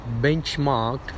benchmarked